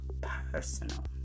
personal